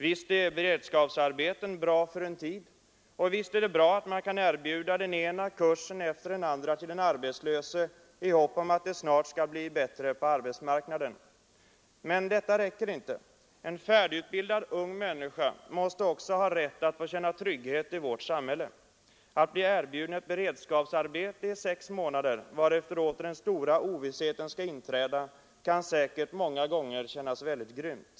Visst är beredskapsarbeten bra för en tid, och visst är det bra att man kan erbjuda den ena kursen efter den andra till den arbetslöse i hopp att det snart skall bli bättre på arbetsmarknaden. Men detta räcker inte. En färdigutbildad ung människa måste också ha rätt att känna trygghet i vårt samhälle. Att bli erbjuden ett beredskapsarbete i sex månader, varefter den stora ovissheten åter skall inträda, kan säkert många gånger kännas mycket grymt.